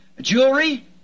jewelry